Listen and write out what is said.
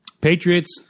Patriots